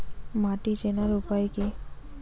মাটি চেনার উপায় কি?